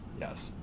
Yes